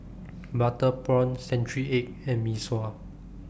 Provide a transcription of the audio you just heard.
Butter Prawn Century Egg and Mee Sua